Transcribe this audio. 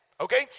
Okay